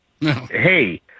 hey